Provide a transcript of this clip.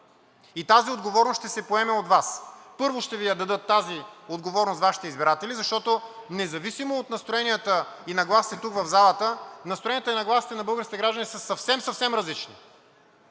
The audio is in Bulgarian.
и тази отговорност ще се поеме от Вас. Първо, тази отговорност ще Ви я дадат Вашите избиратели, защото независимо от настроенията и нагласите тук в залата, настроението и нагласите на българските граждани са съвсем, съвсем различни.